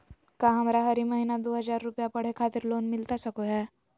का हमरा हरी महीना दू हज़ार रुपया पढ़े खातिर लोन मिलता सको है?